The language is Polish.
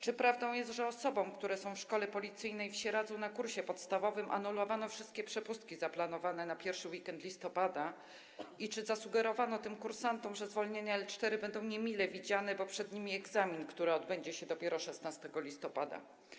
Czy prawdą jest, że osobom, które są w szkole policyjnej w Sieradzu na kursie podstawowym, anulowano wszystkie przepustki zaplanowane na pierwszy weekend listopada i czy zasugerowano tym kursantom, że zwolnienia L4 będą niemile widziane, bo przed nimi egzamin, który odbędzie się dopiero 16 listopada?